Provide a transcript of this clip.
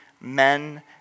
men